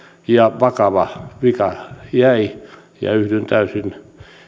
ja vakava vika jäi yhdyn täysin